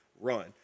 run